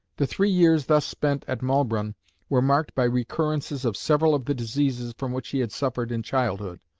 the three years thus spent at maulbronn were marked by recurrences of several of the diseases from which he had suffered in childhood,